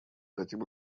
хотим